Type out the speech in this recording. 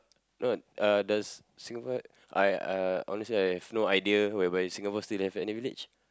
no uh does Singapore I uh honestly I've no idea whereby Singapore still have any village